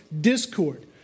discord